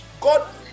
God